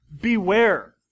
Beware